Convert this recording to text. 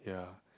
ya